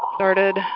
started